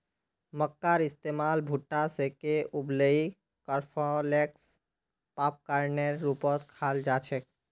मक्कार इस्तमाल भुट्टा सेंके उबलई कॉर्नफलेक्स पॉपकार्नेर रूपत खाल जा छेक